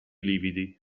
lividi